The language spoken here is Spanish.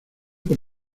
por